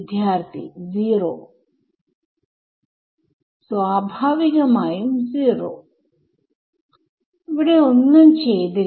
വിദ്യാർത്ഥി 0 സ്വാഭാവികമായും 0 ഇവിടെ ഒന്നും ചെയ്തില്ല